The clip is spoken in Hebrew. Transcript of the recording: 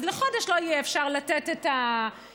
אז לחודש לא יהיה אפשר לתת את הרישיונות,